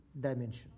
dimension